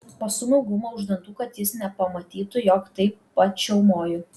pastūmiau gumą už dantų kad jis nepamatytų jog taip pat čiaumoju